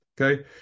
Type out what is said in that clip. Okay